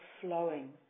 flowing